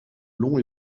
long